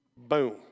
Boom